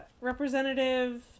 Representative